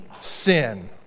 sin